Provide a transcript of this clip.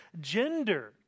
gender